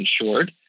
insured